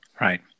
Right